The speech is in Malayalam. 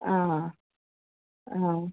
അ അ